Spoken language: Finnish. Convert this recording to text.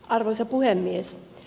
arvoisa puhemies